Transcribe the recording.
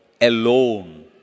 alone